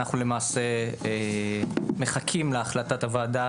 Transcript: אנחנו למעשה מחכים להחלטת הוועדה,